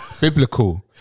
Biblical